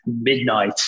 midnight